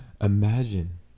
Imagine